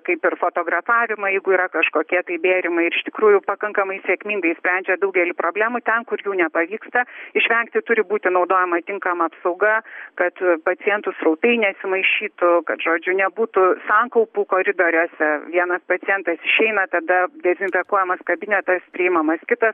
kaip ir fotografavimą jeigu yra kažkokie tai bėrimai ir iš tikrųjų pakankamai sėkmingai sprendžia daugelį problemų ten kur jų nepavyksta išvengti turi būti naudojama tinkama apsauga kad pacientų srautai nesimaišytų kad žodžiu nebūtų sankaupų koridoriuose vienas pacientas išeina tada dezinfekuojamas kabinetas priimamas kitas